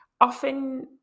Often